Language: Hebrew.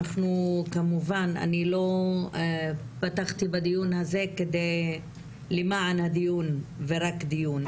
וכמובן אני לא פתחתי בדיון הזה למען הדיון ורק דיון,